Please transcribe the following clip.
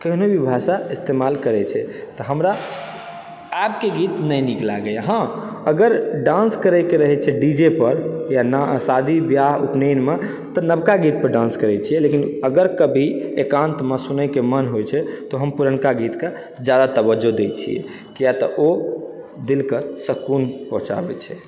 केहनो भी भाषा इस्तेमाल करैत छै तऽ हमरा आबके गीत नहि नीक लागयए हँ अगर डान्स करयके रहय छै डी जे पर या शादी बियाह या उपनयनमे तऽ नवका गीत पर डान्स करैत छियै लेकिन अगर कभी एकान्तमऽ सुनयके मन होइ छै तऽ हम पुरनका गीतकऽ जादा तबज्जो दैत छी किआ तऽ ओ दिलके शुकून पहुँचाबैत छै